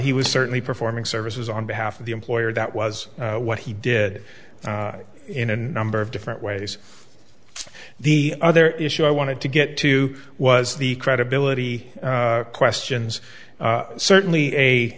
he was certainly performing services on behalf of the employer that was what he did in a number of different ways the other issue i wanted to get to was the credibility questions certainly a